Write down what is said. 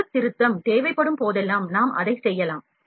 அளவுத்திருத்தம் தேவைப்படும் போதெல்லாம் நாம் அதைச் செய்யலாம்